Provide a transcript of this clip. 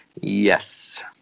Yes